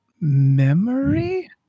memory